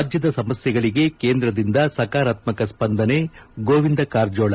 ರಾಜ್ಯದ ಸಮಸ್ನೆಗಳಿಗೆ ಕೇಂದ್ರದಿಂದ ಸಕಾರಾತ್ಮಕ ಸ್ವಂದನೆ ಗೋವಿಂದ ಕಾರಜೋಳ